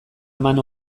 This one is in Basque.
eman